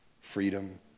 Freedom